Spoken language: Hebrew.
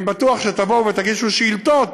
אני בטוח שתבואו ותגישו שאילתות: